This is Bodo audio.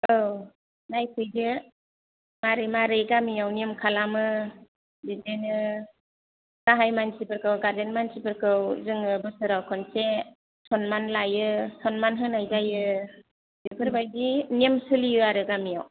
औ नायफैदो मारै मारै गामियाव नेम खालामो बिदिनो गाहाय मानसिफोरखौ गारजेन मानसिफोरखौ जोंङो बोसोराव खनसे सनमान लायो सनमान होनाय जायो बेफोरबायदि नेम सोलियो आरो गामियाव